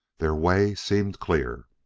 their way seemed clear.